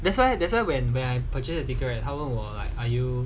that's why that's when when I purchase the ticket right 他问我 are you